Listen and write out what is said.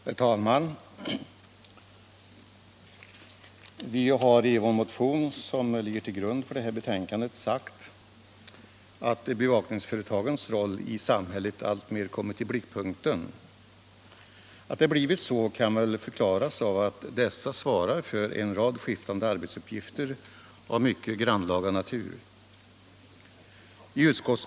Herr talman! Vi har i den motion som ligger till grund för detta betänkande sagt att bevakningsföretagens roll i samhället alltmer kommit i blickpunkten. Att det blivit så kan väl förklaras av att dessa företag svarar för en rad skiftande arbetsuppgifter av mycket grannlaga natur.